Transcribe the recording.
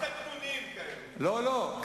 כל השאר, זה לא מעניין אותו.